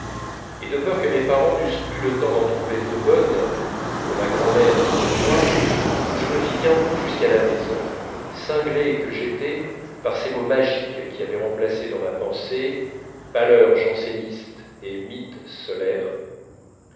et de peur que mes parents n'eussent plus le temps d'en trouver deux bonnes pour ma grand'mère et pour moi je ne fis qu'un bond jusqu'à la maison cinglé que j'étais par ces mots magiques qui avaient remplacé dans ma pensée pâleur janséniste et mythe solaire